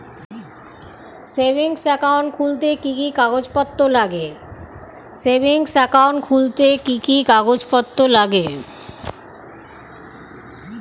Savings account খুলতে কি কি কাগজপত্র লাগে?